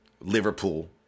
Liverpool